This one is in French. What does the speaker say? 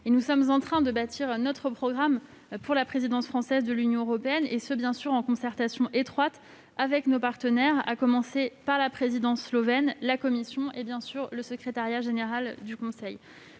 Nous sommes en train de bâtir un autre programme pour la présidence française de l'Union européenne, et ce en concertation étroite avec nos partenaires, à commencer par la présidence slovène, la Commission européenne et le secrétariat général du Conseil.